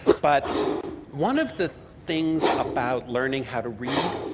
but one of the things about learning how to read,